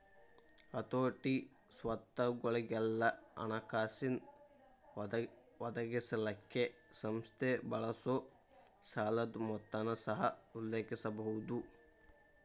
ಹತೋಟಿ, ಸ್ವತ್ತುಗೊಳಿಗೆಲ್ಲಾ ಹಣಕಾಸಿನ್ ಒದಗಿಸಲಿಕ್ಕೆ ಸಂಸ್ಥೆ ಬಳಸೊ ಸಾಲದ್ ಮೊತ್ತನ ಸಹ ಉಲ್ಲೇಖಿಸಬಹುದು